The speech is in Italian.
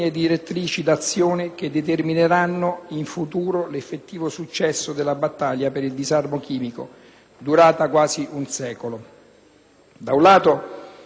Da un lato, abbiamo la necessità che vengano rispettati i criteri di universalità che sono alla base della reale efficacia di un trattato di disarmo.